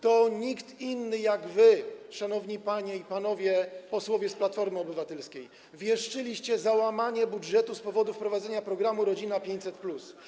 To nikt inny, jak wy, szanowni panie i panowie posłowie z Platformy Obywatelskiej, wieszczyliście załamanie budżetu z powodu wprowadzenia programu „Rodzina 500+”